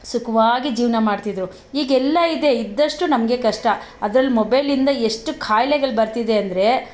ಸುಖವಾಗಿ ಜೀವನ ಮಾಡ್ತಿದ್ರು ಈಗೆಲ್ಲ ಇದೆ ಇದ್ದಷ್ಟು ನಮಗೆ ಕಷ್ಟ ಅದ್ರಲ್ಲಿ ಮೊಬೈಲಿಂದ ಎಷ್ಟು ಕಾಯ್ಲೆಗಳು ಬರ್ತಿದೆ ಅಂದರೆ